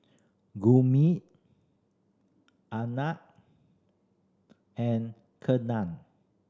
Gurmeet Anand and Ketna